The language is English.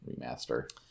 remaster